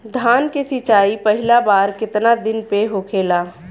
धान के सिचाई पहिला बार कितना दिन पे होखेला?